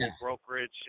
brokerage